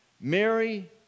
Mary